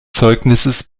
zeugnisses